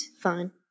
Fine